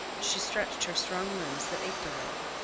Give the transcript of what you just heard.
she stretched her strong limbs that ached a little.